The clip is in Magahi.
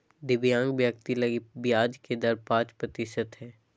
दिव्यांग व्यक्ति लगी ब्याज के दर पांच प्रतिशत हइ